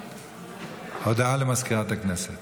הודעה לסגנית מזכיר הכנסת.